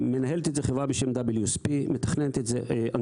מנהלת את זה חברה אנגלית בשם WSP; מתכננת